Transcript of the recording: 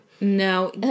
No